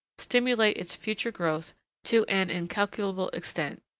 stimulate its future growth to an incalculable extent.